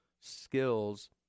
skills